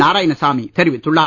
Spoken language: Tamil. நாராயணசாமி தெரிவித்துள்ளார்